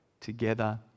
together